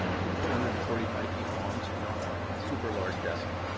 ah she was two hundred and forty five feet long, so not a ah super large vessel.